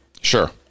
Sure